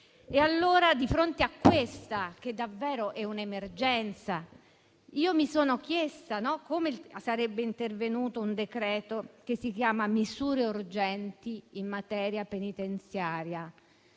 Allora, di fronte a questa che davvero è un'emergenza, mi sono chiesta come sarebbe intervenuto un decreto che si intitola: «misure urgenti in materia penitenziaria».